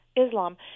Islam